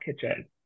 kitchen